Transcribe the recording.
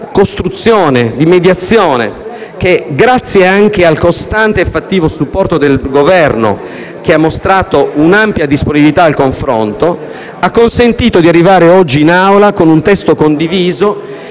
costruzione, di mediazione che - grazie anche al costante e fattivo supporto del Governo - che ha mostrato un'ampia disponibilità al confronto, ha consentito di arrivare oggi in Assemblea con un testo condiviso.